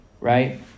Right